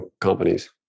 companies